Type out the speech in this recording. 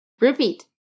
Repeat